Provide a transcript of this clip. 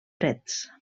freds